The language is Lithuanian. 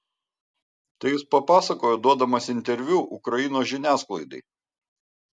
tai jis papasakojo duodamas interviu ukrainos žiniasklaidai